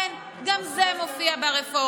כן, גם זה מופיע ברפורמה.